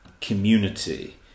community